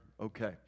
Okay